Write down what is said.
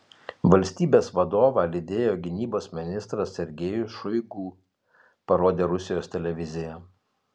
valstybės vadovą lydėjo gynybos ministras sergejus šoigu parodė rusijos televizija